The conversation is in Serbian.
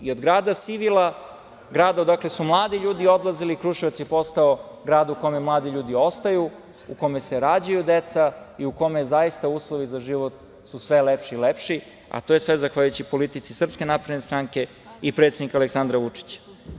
I od grada sivila, grada odakle su mladi ljudi odlazili, Kruševac je postao grad u kome mladi ljudi ostaju, u kome se rađaju deca i u kome su zaista uslovi za život sve lepši i lepši, a to je sve zahvaljujući politici SNS i predsednika Aleksandra Vučića.